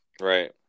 Right